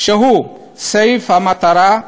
שהוא סעיף המטרה,